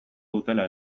dutela